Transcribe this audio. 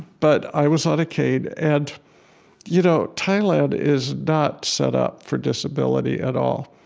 but i was on a cane. and you know thailand is not set up for disability at all.